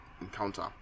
Encounter